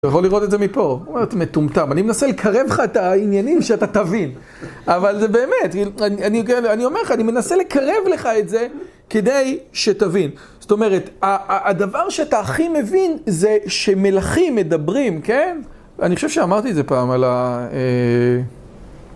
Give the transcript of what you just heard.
הוא יכול לראות את זה מפה, הוא אומר, אתה מטומטם, אני מנסה לקרב לך את העניינים שאתה תבין אבל זה באמת, אני כן? אני אומר לך, אני מנסה לקרב לך את זה כדי שתבין זאת אומרת, הדבר שאתה הכי מבין זה שמלכים מדברים, כן? אני חושב שאמרתי את זה פעם על ה...